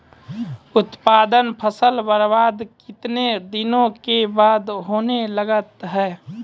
उत्पादन फसल बबार्द कितने दिनों के बाद होने लगता हैं?